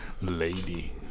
Lady